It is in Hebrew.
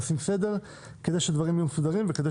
עושים סדר כדי שהדברים יהיו מסודרים וכדי